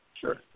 Sure